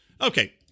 Okay